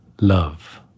love